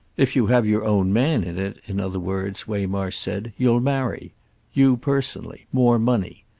if you have your own man in it, in other words, waymarsh said, you'll marry you personally more money.